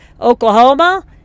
Oklahoma